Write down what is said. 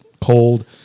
cold